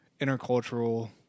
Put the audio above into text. intercultural